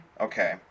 Okay